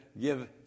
give